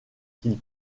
qu’il